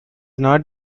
not